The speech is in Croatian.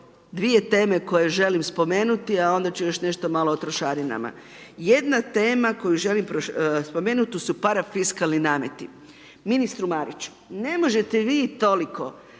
dvije teme koje želim spomenuti, a onda ću još nešto malo o trošarinama. Jedna tema koju želim spomenut to su parafiskalni nameti. Ministru Mariću, ne možete vi toliko